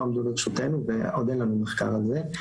עמדו לרשותנו ועוד אין לנו מחקר על זה.